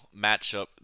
matchup